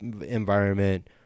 environment